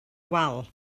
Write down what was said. wal